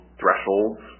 thresholds